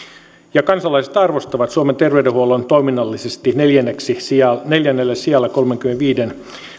ja kansalaiset arvostavat suomen terveydenhuollon toiminnallisesti neljännelle sijalle neljännelle sijalle kolmenkymmenenviiden